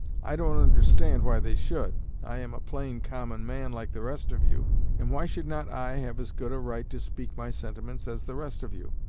i don't understand why they should. i am a plain, common man, like the rest of you and why should not i have as good a right to speak my sentiments as the rest of you?